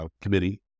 Committee